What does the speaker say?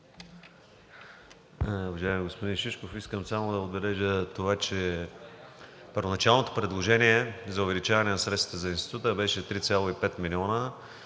Уважаеми господин Шишков, искам само да отбележа това, че първоначалното предложение за увеличаване на средствата за Института беше 3,5 милиона,